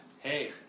Hey